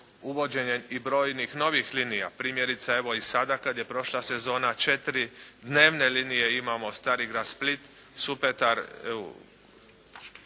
uvođenjem i brojnih novih linija. Primjerice evo, i sada kad je prošla sezona četiri dnevne linije imamo Starigrad, Split, Supetar,